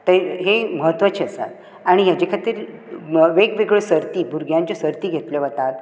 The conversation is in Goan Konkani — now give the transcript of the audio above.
ते म्हत्वाचें आसा आनी हेचे खातीर वेगवेगळ्यो सर्ती भुरग्यांच्यो सर्ती घेतल्यो वतात